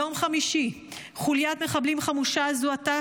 ביום חמישי חוליית מחבלים חמושה זוהתה